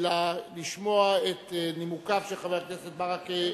לשמוע את נימוקיו של חבר הכנסת ברכה.